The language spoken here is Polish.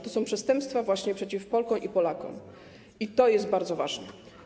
To są przestępstwa właśnie przeciw Polkom i Polaków i to jest bardzo ważne.